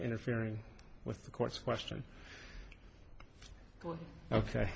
interfering with the court's question ok